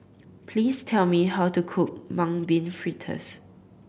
please tell me how to cook Mung Bean Fritters